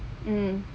mm